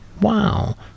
Wow